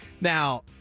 Now